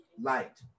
Light